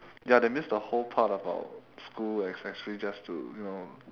ya they miss the whole part about school is actually just to you know